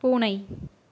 பூனை